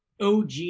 OG